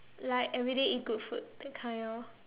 like everyday eat good food that kind orh